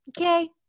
Okay